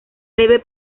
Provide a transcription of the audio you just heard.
leve